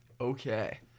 Okay